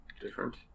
different